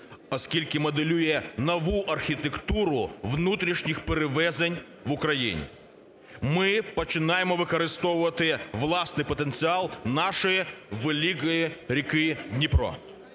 оскільки моделює нову архітектуру внутрішніх перевезень в Україні. Ми починаємо використовувати власний потенціал нашої великої ріки Дніпро.